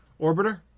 Orbiter